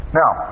now